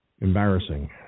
embarrassing